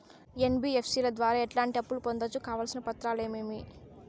NBFC ల ద్వారా ఎట్లాంటి అప్పులు పొందొచ్చు? కావాల్సిన పత్రాలు ఏమేమి?